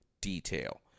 detail